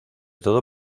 todo